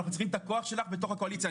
אנחנו צריכים את הכוח שלך בתוך הקואליציה.